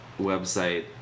website